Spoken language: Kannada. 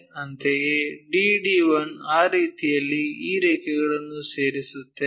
ಅಂತೆಯೇ D D 1 ಆ ರೀತಿಯಲ್ಲಿ ಈ ರೇಖೆಗಳನ್ನು ಸೇರುತ್ತೇವೆ